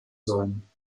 sollen